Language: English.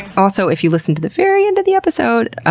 also, if you listen to the very end of the episode, ah